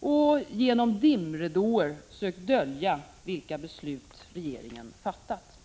och genom dimridåer sökt dölja vilka beslut regeringen fattat.